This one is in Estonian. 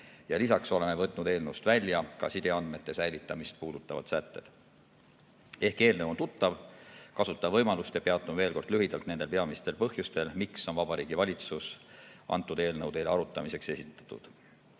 ja lisaks oleme võtnud eelnõust välja ka sideandmete säilitamist puudutavad sätted. Ehkki eelnõu on tuttav, kasutan võimalust ja peatun veel kord lühidalt nendel peamistel põhjustel, miks on Vabariigi Valitsus selle eelnõu teile arutamiseks esitanud. Eelnõu